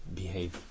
behave